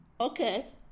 okay